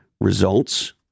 Results